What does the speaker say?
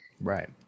Right